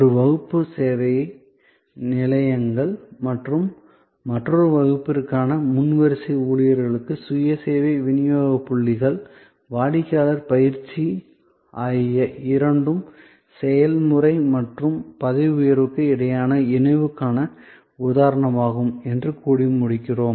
ஒரு வகுப்பு சேவை நிலையங்கள் மற்றும் மற்றொரு வகுப்பிற்கான முன் வரிசை ஊழியர்களுக்கு சுய சேவை விநியோக புள்ளிகள் வாடிக்கையாளர் பயிற்சி ஆகிய இரண்டும் செயல்முறை மற்றும் பதவி உயர்வுக்கு இடையேயான இணைவுக்கான உதாரணமாகும் என்று கூறி முடிக்கிறோம்